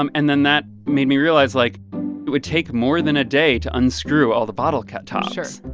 um and then that made me realize, like, it would take more than a day to unscrew all the bottle cap tops sure.